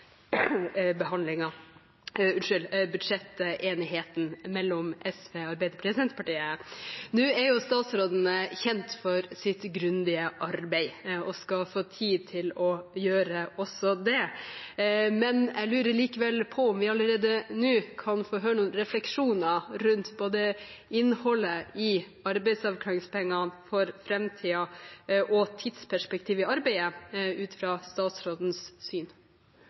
budsjettenigheten mellom SV, Arbeiderpartiet og Senterpartiet. Nå er jo statsråden kjent for sitt grundige arbeid og skal få tid til å gjøre også det. Jeg lurer likevel på om vi allerede nå kan få høre noen refleksjoner rundt både innholdet i arbeidsavklaringspengene for framtiden og tidsperspektivet i arbeidet – ut fra statsrådens syn.